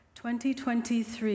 2023